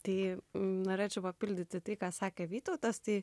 tai norėčiau papildyti tai ką sakė vytautas tai